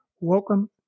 Welcome